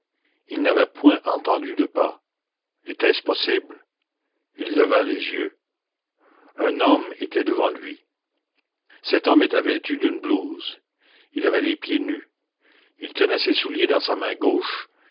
il n'avait point entendu de pas était-ce possible il leva les yeux un homme était devant lui cet homme était vêtu d'une blouse il avait les pieds nus il tenait ses souliers dans sa main gauche